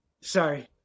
sorry